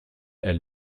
elle